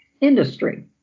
industry